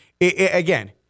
again